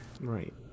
Right